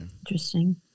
interesting